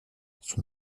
son